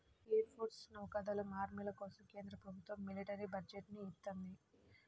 air force, నౌకా దళం, ఆర్మీల కోసం కేంద్ర ప్రభుత్వం మిలిటరీ బడ్జెట్ ని ఇత్తంది